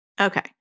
Okay